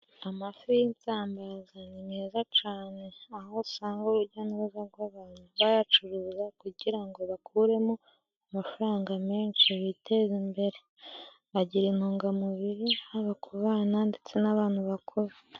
Amafi y'insambaza ni meza cane aho usanga urujya n'uruza rw'abantu bayacuruza kugira ngo bakuremo amafaranga menshi biteza imbere, agira intungamubiri aba ku bana ndetse n'abantu bakuru.